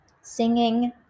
singing